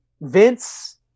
Vince